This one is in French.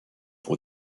pour